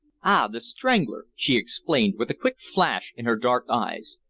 ah! the strangler! she exclaimed with a quick flash in her dark eyes.